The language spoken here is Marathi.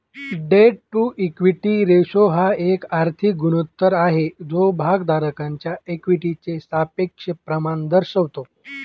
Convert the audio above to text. डेट टू इक्विटी रेशो हा एक आर्थिक गुणोत्तर आहे जो भागधारकांच्या इक्विटीचे सापेक्ष प्रमाण दर्शवतो